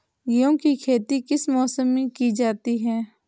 गेहूँ की खेती किस मौसम में की जाती है?